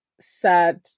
sad